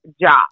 job